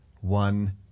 one